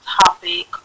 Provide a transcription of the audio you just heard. topic